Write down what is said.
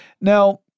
Now